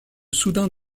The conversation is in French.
soudain